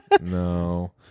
no